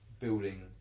building